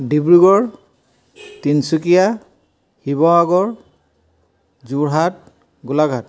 Dibrugarh Tinsukia Sivasagar Jorhat Golaghat